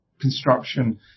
construction